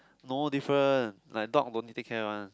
no different like dog no need take care one